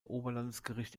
oberlandesgericht